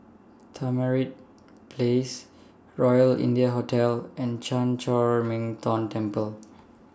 Tamarind Place Royal India Hotel and Chan Chor Min Tong Temple